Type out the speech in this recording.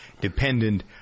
dependent